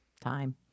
time